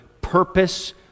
purpose